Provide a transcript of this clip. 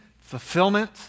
fulfillment